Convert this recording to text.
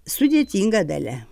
sudėtinga dalia